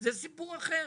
זה סיפור אחר.